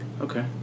Okay